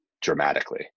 dramatically